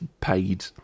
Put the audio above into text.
paid